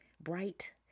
Bright